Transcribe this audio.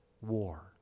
war